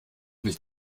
nicht